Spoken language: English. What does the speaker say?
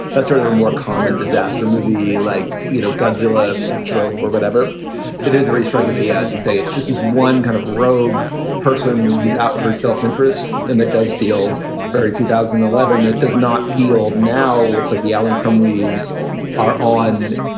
but sort of the more common disaster movie. like, you know, godzilla trope or whatever it is, or he's writing the as you say, it's just as one kind of rogue person who's out herself. interest in that does feel very two thousand and eleven. that does not field now, which like the allen crime weeds are on,